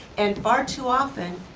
and far too often,